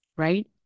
Right